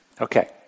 Okay